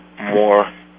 more